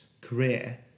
career